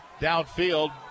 Downfield